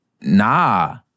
nah